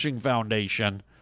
Foundation